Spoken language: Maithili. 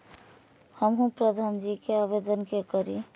हमू प्रधान जी के आवेदन के करी?